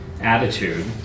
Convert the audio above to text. attitude